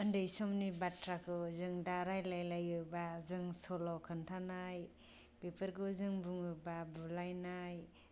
उन्दै समनि बाथ्राखौ जों दा रायज्लायलायो बा जों सल' खिन्थानाय बेफोरखौ जों बुङोब्ला बुलायनाय